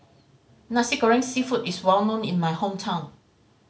Nasi Goreng Seafood is well known in my hometown